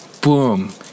boom